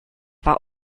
war